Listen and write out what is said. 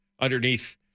underneath